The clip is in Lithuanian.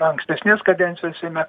ankstesnės kadencijos seime